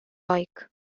like